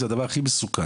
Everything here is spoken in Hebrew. זה הדבר הכי מסוכן.